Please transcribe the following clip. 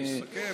אסכם